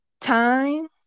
Time